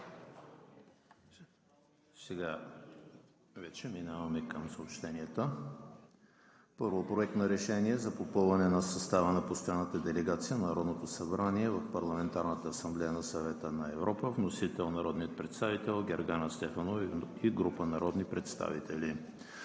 Сега вече преминаваме към съобщенията: Проект на решение за попълване на състава на постоянната делегация на Народното събрание в Парламентарната асамблея на Съвета на Европа. Вносители – народният представител Гергана Стефанова и група народни представители.